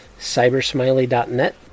cybersmiley.net